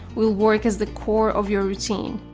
will work as the core of your routine